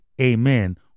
amen